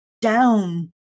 down